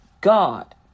God